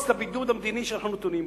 את הבידוד המדיני שאנחנו נתונים בו,